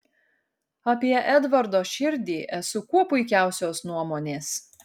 apie edvardo širdį esu kuo puikiausios nuomonės